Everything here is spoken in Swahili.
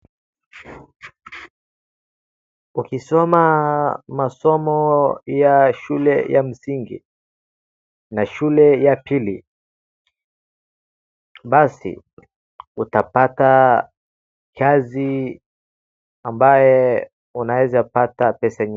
Ukisoma masomo ya shule ya msingi na shule ya pili basi utapata kazi ambaye unaeza pata pesa nyingi.